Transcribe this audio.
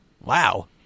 Wow